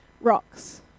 rocks